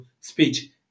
speech